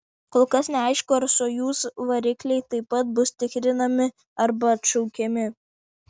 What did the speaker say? kol kas neaišku ar sojuz varikliai taip pat bus tikrinami arba atšaukiami